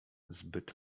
zbyt